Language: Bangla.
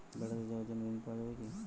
বেড়াতে যাওয়ার জন্য ঋণ পাওয়া যায় কি?